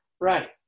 Right